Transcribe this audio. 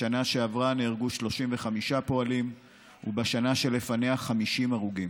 בשנה שעברה נהרגו 35 פועלים ובשנה שלפניה 50 הרוגים,